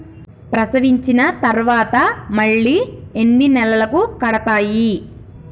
ప్రసవించిన తర్వాత మళ్ళీ ఎన్ని నెలలకు కడతాయి?